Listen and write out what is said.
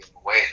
away